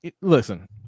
Listen